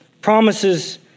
promises